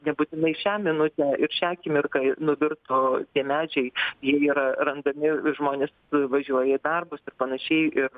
nebūtinai šią minutę ir šią akimirką nuvirto tie medžiai jie yra randami žmonės važiuoja į darbus ir panašiai ir